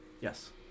Yes